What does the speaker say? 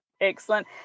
excellent